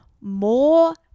more